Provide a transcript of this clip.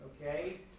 Okay